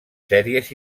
sèries